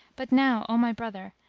but now, o my brother,